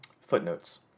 Footnotes